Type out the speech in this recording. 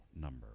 number